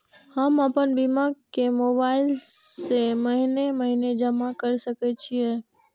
हम आपन बीमा के मोबाईल से महीने महीने जमा कर सके छिये?